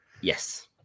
yes